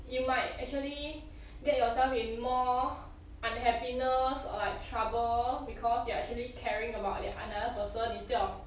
you might actually get yourself in more unhappiness or like trouble because they are actually caring about there another person instead of